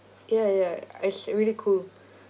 ya ya it's really cool